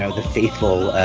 ah the faithful